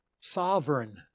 Sovereign